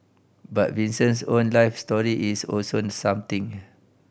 but Vincent's own life story is also something